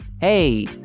Hey